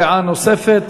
דעה נוספת.